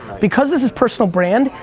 because this is personal brand,